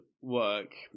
work